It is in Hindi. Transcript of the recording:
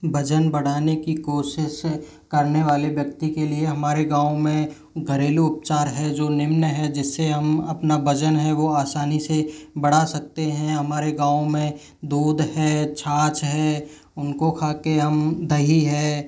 वजन बढ़ाने की कोशिश करने वाले व्यक्ति के लिए हमारे गाँव में घरेलू उपचार है जो निम्न हैं जिससे हम अपना वजन है वह आसानी से बढ़ा सकते हैं हमारे गाँव में दूध है छाछ है उनको खाकर हम दही है